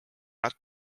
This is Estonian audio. nad